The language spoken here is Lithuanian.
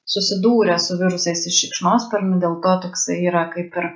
susidūrę su virusais iš šikšnosparnių dėl to toksai yra kaip ir